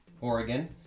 Oregon